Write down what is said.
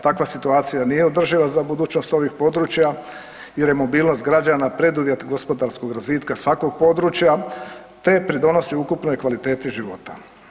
Takva situacija nije održiva za budućnost ovih područja jer je mobilnost građana preduvjet gospodarskog razvitka svakog područja, te pridonosi ukupnoj kvaliteti života.